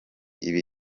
ibi